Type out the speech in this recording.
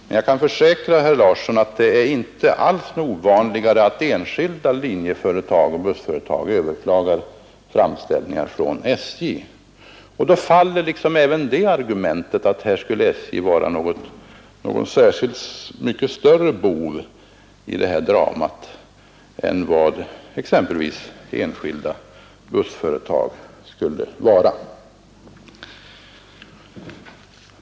Men jag kan försäkra herr Larsson att det inte alls är ovanligt att enskilda linjeföretag och bussföretag överklagar framställningar från SJ. Därför faller även det argumentet att SJ skulle vara en mycket större bov i dramat än enskilda bussföretag.